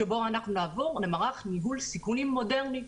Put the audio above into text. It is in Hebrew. שבה אנחנו נעבור למערך ניהול סיכונים מודרני,